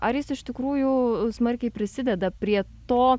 ar jis iš tikrųjų smarkiai prisideda prie to